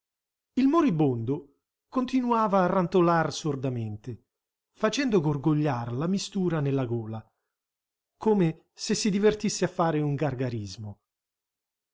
il moribondo continuava a rantolar sordamente facendo gorgogliar la mistura nella gola come se si divertisse a fare un gargarismo